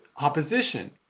opposition